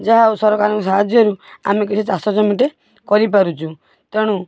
ଯାହା ହଉ ସରକାରଙ୍କ ସାହାଯ୍ୟରୁ ଆମେ କିଛି ଚାଷଜମି ଟେ କରି ପାରୁଛୁ ତେଣୁ